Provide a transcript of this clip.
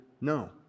No